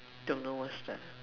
don't know what's that